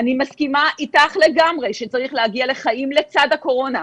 אני מסכימה איתך לגמרי שצריך להגיע לחיים לצד הקורונה,